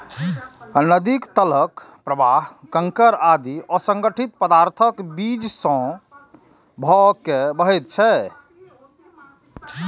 नदीक तलक प्रवाह कंकड़ आदि असंगठित पदार्थक बीच सं भए के बहैत छै